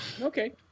Okay